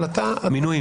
מינויים.